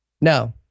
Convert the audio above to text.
No